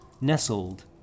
nestled